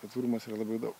patvarumas yra labai daug